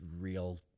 real